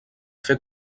fer